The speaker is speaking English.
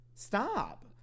Stop